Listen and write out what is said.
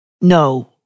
no